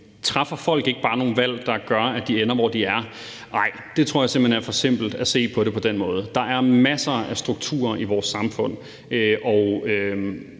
Træffer folk ikke bare nogle valg, der gør, at de ender, hvor de er? Ej, jeg tror simpelt hen, det er for simpelt at se på det på den måde. Der er masser af struktur i vores samfund og